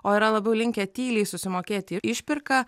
o yra labiau linkę tyliai susimokėti išpirką